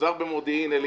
מפוזר במודיעין עילית,